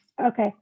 Okay